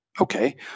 Okay